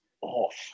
off